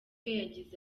yagize